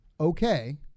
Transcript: okay